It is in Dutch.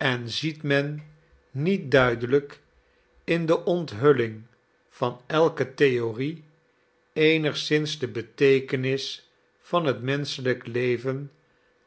en ziet men niet duidelijk in de onthulling van elke theorie eenigszins de beteekenis van het menschelijk leven